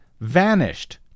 vanished